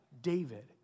David